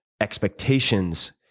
expectations